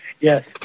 Yes